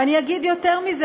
ואני אגיד יותר מזה,